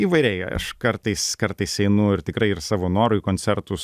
įvairiai aš kartais kartais einu ir tikrai ir savo noru į koncertus